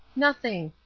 nothing.